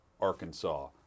Arkansas